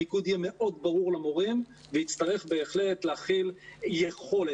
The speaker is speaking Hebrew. המיקוד יהיה מאוד ברור למורים ויצטרך בהחלט להכיל יכולת.